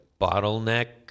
bottleneck